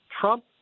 Trump